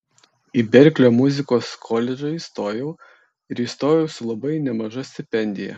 į berklio muzikos koledžą įstojau ir įstojau su labai nemaža stipendija